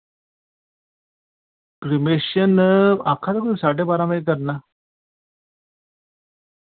cremation आक्खा दे कोई साड्डे बारां बजे करना